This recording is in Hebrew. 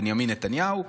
בנימין נתניהו,